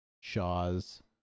Shaw's